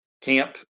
camp